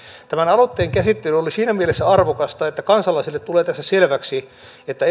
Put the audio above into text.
tämän aloitteen käsittely oli siinä mielessä arvokasta että kansalaisille tulee tässä selväksi että